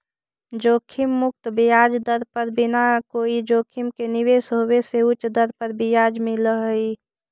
जोखिम मुक्त ब्याज दर पर बिना कोई जोखिम के निवेश होवे से उच्च दर पर ब्याज मिलऽ हई